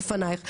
בפנייך.